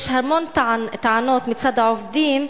יש המון טענות מצד העובדים,